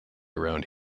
around